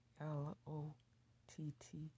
L-O-T-T